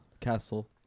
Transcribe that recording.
Castle